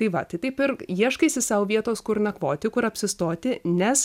tai va tai taip ir ieškaisi sau vietos kur nakvoti kur apsistoti nes